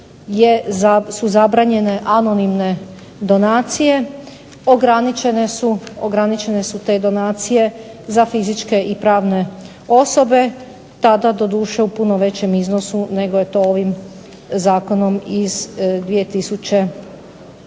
su zabranjene anonimne donacije, ograničene su te donacije za fizičke i pravne osobe, tada doduše u puno većem iznosu nego je to ovim novim